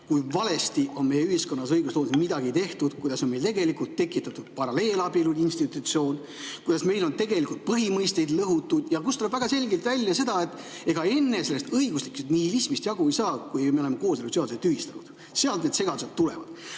kui valesti on meie ühiskonnas õigusloomes midagi tehtud: kuidas on meil tegelikult tekitatud paralleelabielu institutsioon, kuidas meil on tegelikult põhimõisteid lõhutud. Siit tuleb väga selgelt välja, et ega me enne sellest õiguslikust nihilismist jagu ei saa, kui me oleme kooseluseaduse tühistanud. Sealt need segadused